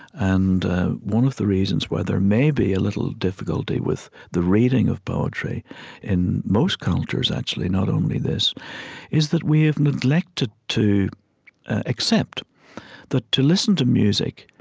and one of the reasons why there may be a little difficulty with the reading of poetry in most cultures, actually, not only this is that we have neglected to accept that to listen to music,